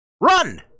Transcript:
run